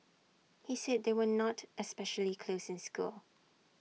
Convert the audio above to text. he said they were not especially close in school